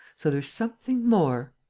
so there's something more.